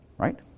Right